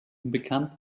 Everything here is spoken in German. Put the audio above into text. unbekannt